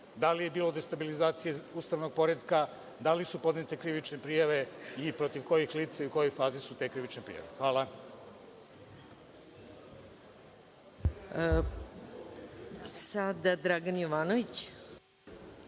da li je bilo destabilizacije ustavnog poretka, da li su podnete krivične prijave i protiv kojih lica i u kojoj su fazi te krivične prijave? Hvala.